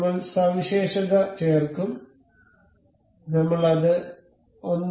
നമ്മൾ സവിശേഷത ചേർക്കും നമ്മൾ അത് 1